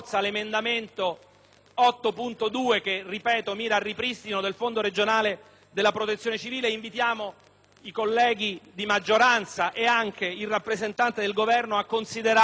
8.2 che, lo ripeto, mira al ripristino del Fondo regionale di protezione civile. Invitiamo pertanto i colleghi di maggioranza e il rappresentante del Governo a considerarlo con grande